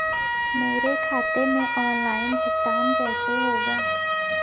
मेरे खाते में ऑनलाइन भुगतान कैसे होगा?